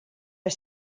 are